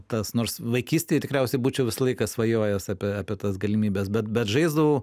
tas nors vaikystėje tikriausiai būčiau visą laiką svajojęs apie tas galimybes bet bet žaisdavau